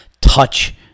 touch